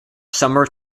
summer